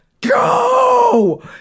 go